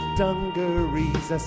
dungarees